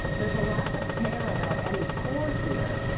there's a lack of care about any core here,